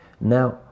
Now